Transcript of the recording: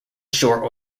shore